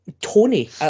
Tony